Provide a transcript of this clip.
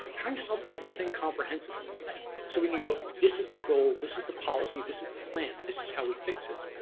trying solve everything comprehensively so we can go, this is the goal, this is the policy, this is the plan, this is how we fix it,